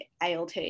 ALT